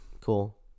Cool